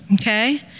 Okay